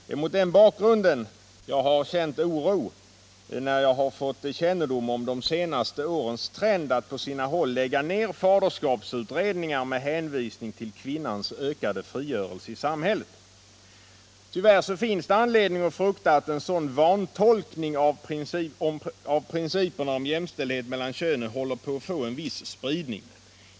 Det är mot den bakgrunden jag har känt oro när jag fått kännedom om de senaste årens trend att på sina håll lägga ned faderskapsutredningar med hänvisning till kvinnans ökade frigörelse i samhället. Tyvärr finns det anledning att frukta att en sådan vantolkning av principen om jämställdhet mellan könen håller på att få en viss spridning.